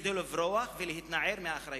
כדי לברוח ולהתנער מאחריות.